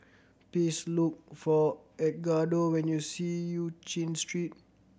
please look for Edgardo when you see Eu Chin Street